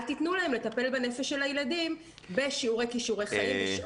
אל תתנו להם לטפל בנפש של הילדים בשיעורי כישורי חיים.